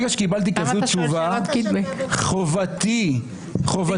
ברגע שקיבלתי כזו תשובה חובתי וחובתנו